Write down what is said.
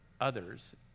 others